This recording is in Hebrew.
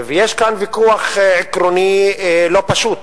ויש כאן ויכוח עקרוני לא פשוט,